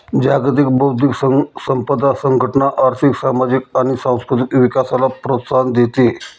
जागतिक बौद्धिक संपदा संघटना आर्थिक, सामाजिक आणि सांस्कृतिक विकासाला प्रोत्साहन देते